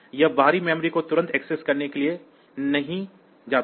यह बाहरी मेमोरी को तुरंत एक्सेस करने के लिए नहीं जाता है